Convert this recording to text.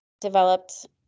developed